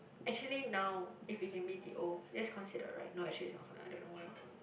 actually now if we can b_t_o that's considered right not actually it's not I don't know why